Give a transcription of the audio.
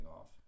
off